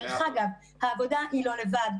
דרך אגב, העבודה היא לא לבד.